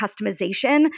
customization